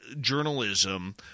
journalism